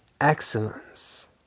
excellence